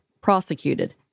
prosecuted